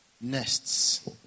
nests